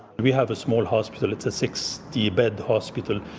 we have a small hospital. it's a sixty bed hospital,